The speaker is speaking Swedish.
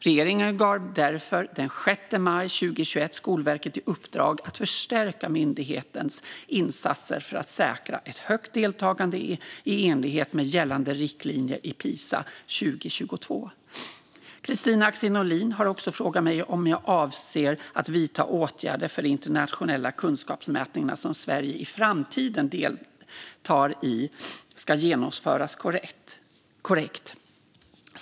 Regeringen gav därför den 6 maj 2021 Skolverket i uppdrag att förstärka myndighetens insatser för att säkerställa ett högt deltagande i enlighet med gällande riktlinjer i Pisa 2022. Kristina Axén Olin har också frågat mig om jag avser att vidta åtgärder för att de internationella kunskapsmätningar som Sverige i framtiden deltar i ska genomföras korrekt.